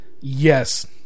Yes